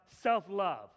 self-love